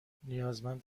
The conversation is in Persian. نیازمند